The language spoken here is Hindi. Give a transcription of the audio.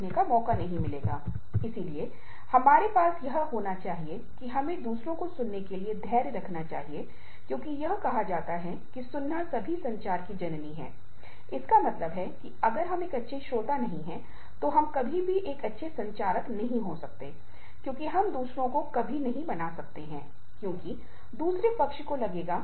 कहो अगर मैं काम और परिवार के बीच संतुलन रखना चाहता हूं तो इसका नतीजा यह है कि अगर हम घर और काम या जीवन और काम पर समान रूप से जोर देते हैं तो उस स्थिति में यह नौकरी और संतुष्टि का काम करेगा